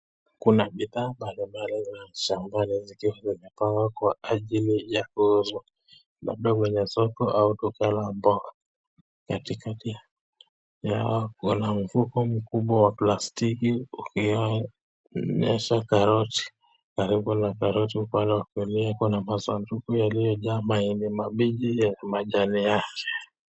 Kuna bidhaa mbali mbali za shambani zilizopangwa kwa ajili ya kuuzwa, labda kwenye soko au duka la mboga. Katikati yao kuna mfuko mkubwa wa plastiki ulio onyesha karoti. Karibu na karoti mkono wa kulia, kuna masanduku yaliojaa maembe mabichi yenye majani.